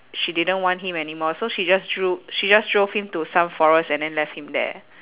she didn't want him anymore so she just dro~ she just drove him to some forest and then left him there